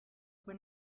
fue